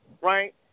right